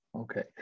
Okay